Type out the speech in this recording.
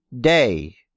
day